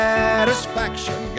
Satisfaction